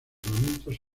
reglamentos